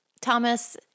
Thomas